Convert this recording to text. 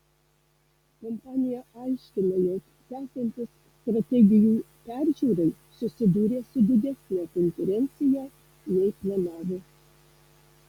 kompanija aiškina jog tęsiantis strategijų peržiūrai susidūrė su didesne konkurencija nei planavo